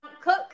Cook